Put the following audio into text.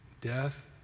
death